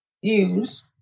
use